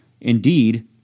Indeed